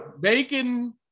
Bacon